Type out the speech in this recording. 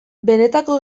benetako